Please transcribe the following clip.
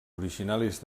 originaris